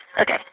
Okay